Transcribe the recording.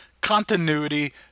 continuity